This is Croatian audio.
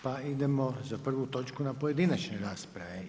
Pa idemo za prvu točku na pojedinačne rasprave.